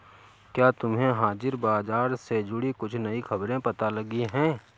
क्या तुम्हें हाजिर बाजार से जुड़ी कुछ नई खबरें पता लगी हैं?